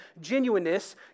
genuineness